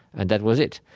and that was it.